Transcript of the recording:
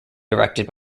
directed